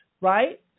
right